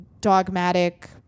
dogmatic